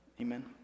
Amen